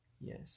Yes